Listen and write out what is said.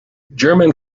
german